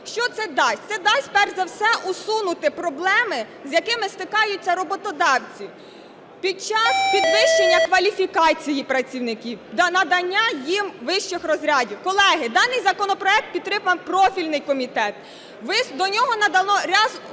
Що це дасть? Це дасть перш за все усунути проблеми, з якими стикаються роботодавці під час підвищення кваліфікації працівників та надання їм вищих розрядів. Колеги, даний законопроект підтримав профільний комітет. До нього надано ряд